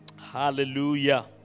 Hallelujah